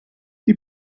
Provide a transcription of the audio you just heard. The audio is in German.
die